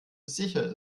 sicher